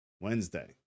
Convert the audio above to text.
Wednesday